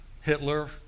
Hitler